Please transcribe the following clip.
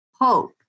hope